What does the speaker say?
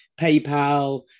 PayPal